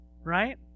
right